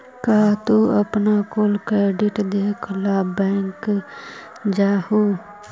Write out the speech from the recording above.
का तू अपन कुल क्रेडिट देखे ला बैंक जा हूँ?